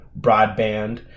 broadband